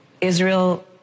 Israel